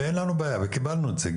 ואין לנו בעיה וקיבלנו את זה,